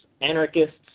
anarchists